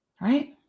Right